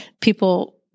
people